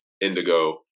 indigo